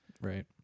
right